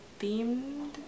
themed